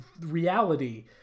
reality